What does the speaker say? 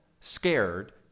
scared